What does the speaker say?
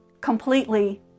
completely